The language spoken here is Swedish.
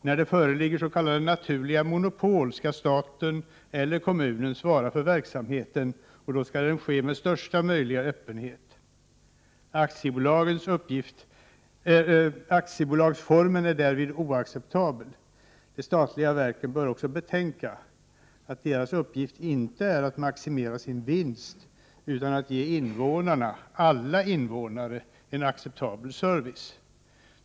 När det föreligger s.k. naturliga monopol skall staten eller kommunen svara för verksamheten, som då skall ske med största möjliga öppenhet. Aktiebolagsformen är därvid oacceptabel. De statliga verken bör också betänka att deras uppgift inte är att maximera sin vinst utan att ge invånarna — alla invånare — en acceptabel service.